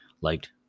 liked